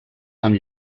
amb